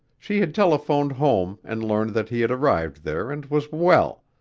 she had telephoned home and learned that he had arrived there and was well,